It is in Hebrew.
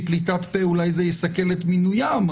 פליטת פה אולי זה יסכן את מינויים.